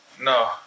No